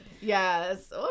Yes